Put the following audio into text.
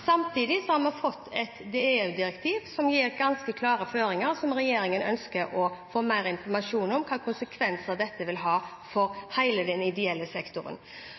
Samtidig har vi fått et EU-direktiv som gir ganske klare føringer, og regjeringen ønsker å få mer informasjon om hvilke konsekvenser dette vil ha for hele den ideelle sektoren.